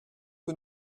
que